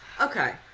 Okay